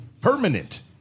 permanent